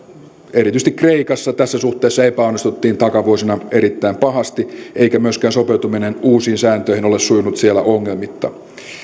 erityisesti kreikassa tässä suhteessa epäonnistuttiin takavuosina erittäin pahasti eikä myöskään sopeutuminen uusiin sääntöihin ole sujunut siellä ongelmitta